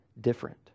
different